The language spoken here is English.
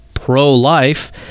pro-life